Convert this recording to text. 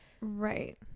Right